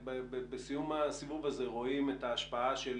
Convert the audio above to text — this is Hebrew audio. בסיום הסיבוב הזה רואים את ההשפעה של